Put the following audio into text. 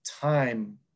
time